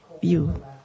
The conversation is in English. view